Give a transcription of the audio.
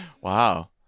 Wow